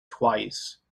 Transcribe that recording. twice